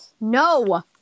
No